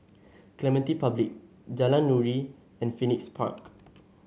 Clementi Public Jalan Nuri and Phoenix Park